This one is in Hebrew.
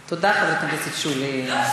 תודה, חברת הכנסת שולי מועלם.